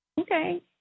Okay